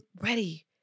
ready